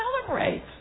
celebrate